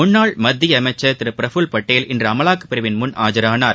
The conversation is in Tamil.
முன்னாள் மத்தியஅமைச்சர் திருபிரஃபுல் பட்டேல் இன்றுஅமலாக்கப்பிரிவின் முன் ஆஜரானார்